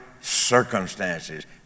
circumstances